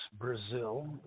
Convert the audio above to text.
Brazil